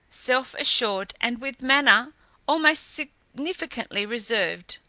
self-assured, and with manner almost significantly reserved.